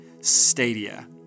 stadia